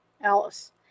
Alice